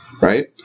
right